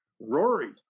Rory